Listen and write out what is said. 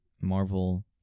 marvel